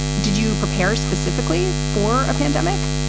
did you prepare specifically for a pandemic?